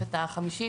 בתוספת החמישית